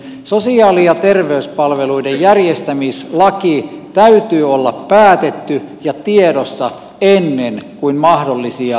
sosiaali ja terveyspalveluiden järjestämislain täytyy olla päätetty ja tiedossa ennen kuin mahdollisia liitoksia tehdään